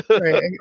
Right